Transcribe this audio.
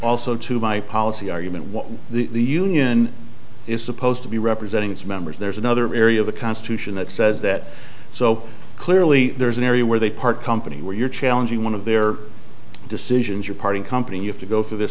also to my policy argument what the union is supposed to be representing it's members there's another area of the constitution that says that so clearly there's an area where they part company where you're challenging one of their decisions you're parting company you have to go through this